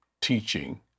teaching